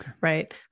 Right